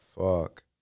Fuck